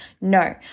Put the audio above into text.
No